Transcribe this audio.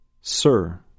sir